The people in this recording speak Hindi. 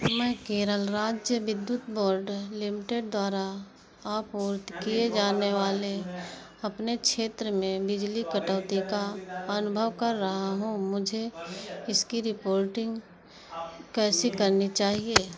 मैं केरल राज्य विद्युत बोर्ड लिमिटेड द्वारा आपूर्ति किए जाने वाले अपने क्षेत्र में बिजली कटौती का अनुभव कर रहा हूँ मुझे इसकी रिपोर्टिंग कैसे करनी चाहिए